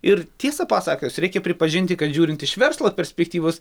ir tiesą pasakius reikia pripažinti kad žiūrint iš verslo perspektyvos